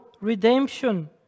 redemption